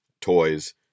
toys